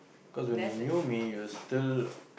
cause when you knew me you were still